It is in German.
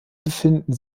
befinden